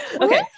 Okay